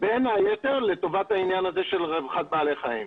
בין היתר, לטובת רווחת בעלי חיים.